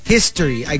History